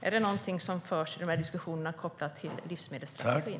Är det en fråga som kommer upp i diskussionerna kopplat till livsmedelsstrategin?